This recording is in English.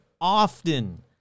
often